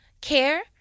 care